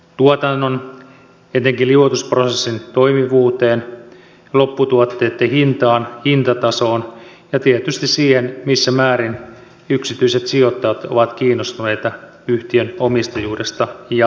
tuotannon etenkin liuotusprosessin toimivuuteen lopputuotteitten hintaan hintatasoon ja tietysti siihen missä määrin yksityiset sijoittajat ovat kiinnostuneita yhtiön omistajuudesta jatkossa